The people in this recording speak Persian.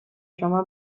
شما